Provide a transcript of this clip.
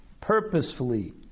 purposefully